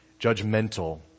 judgmental